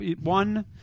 One